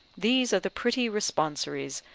these are the pretty responsories,